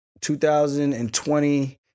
2020